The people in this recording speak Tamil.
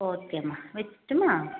ஓகேமா வச்சுடட்டுமா